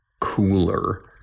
cooler